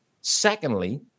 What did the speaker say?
Secondly